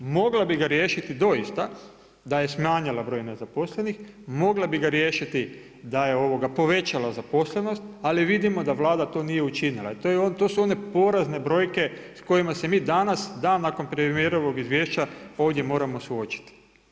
Mogla bi ga riješiti doista, da je smanjila broj nezaposlenih, mogla bi ga riješiti da je povećala zaposlenost, ali vidimo da Vlada to nije učinila i to su one porazne brojke, s kojima se mi danas, dan nakon premijerovog izvješća ovdje moramo suočiti.